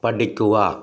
പഠിക്കുക